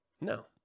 No